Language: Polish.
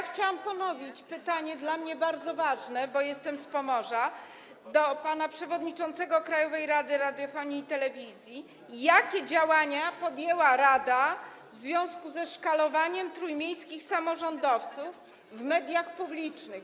Chciałabym ponowić pytanie, które jest dla mnie bardzo ważne, bo jestem z Pomorza, do pana przewodniczącego Krajowej Rady Radiofonii i Telewizji: Jakie działania podjęła rada w związku ze szkalowaniem trójmiejskich samorządowców w mediach publicznych?